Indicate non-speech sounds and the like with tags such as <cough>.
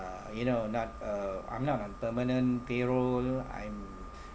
you know I'm not uh I'm not on permanent payroll I'm <breath>